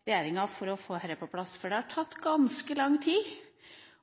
regjeringa for å få dette på plass. For det har tatt ganske lang tid